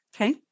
Okay